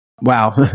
wow